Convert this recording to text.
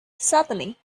suddenly